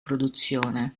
produzione